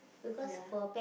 ya